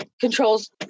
controls